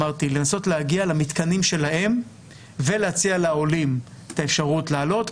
לנסות להגיע למתקנים שלהם ולהציע לעולים את האפשרות לעלות,